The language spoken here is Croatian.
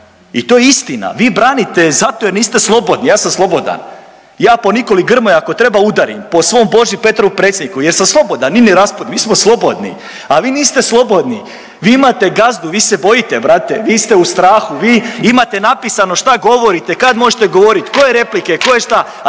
I to je istina, vi branite zato jer niste slobodni. Ja sam slobodan. Ja po Nikoli Grmoji, ako treba, udarim, po svom Boži Petrovu, predsjedniku jer sam slobodan. Nini Raspudiću, mi smo slobodni. A vi niste slobodni, vi imate gazdu, vi se bojite, brate, vi ste u strahu, vi imate napisano šta govorite, kad možete govoriti, koje replike, tko je šta,